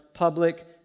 Public